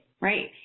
right